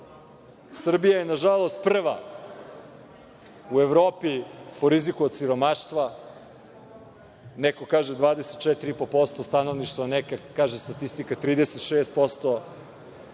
Srbija je, nažalost prva u Evropi po riziku od siromaštva. Neko kaže 24,5% stanovništva, nekad kaže statistika 36%.